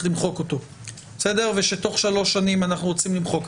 למחוק אותו ושתוך שלוש שנים אנחנו רוצים למחוק,